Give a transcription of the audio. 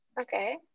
Okay